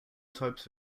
types